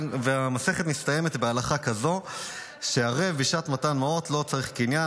המסכת מסתיימת בהלכה כזאת: ערב בשעת מתן מעות לא צריך קניין,